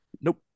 Nope